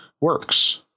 works